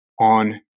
on